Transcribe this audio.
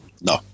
No